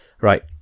right